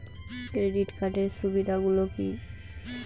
Credit কার্ডের সুবিধা গুলো কি?